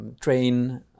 train